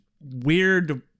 weird